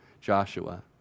Joshua